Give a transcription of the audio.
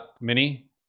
mini